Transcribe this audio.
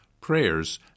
prayers